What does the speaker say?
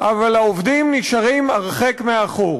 אבל העובדים נשארים הרחק מאחור.